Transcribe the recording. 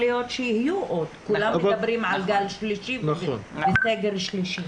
שלישי, על סגר שלישי.